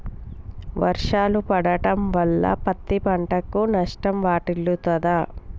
వర్షాలు పడటం వల్ల పత్తి పంటకు నష్టం వాటిల్లుతదా?